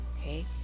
okay